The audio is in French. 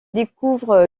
découvre